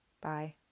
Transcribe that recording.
Bye